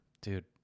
dude